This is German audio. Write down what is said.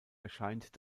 erscheint